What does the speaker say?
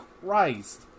Christ